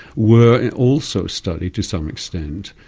were also studied to some extent,